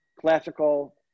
Classical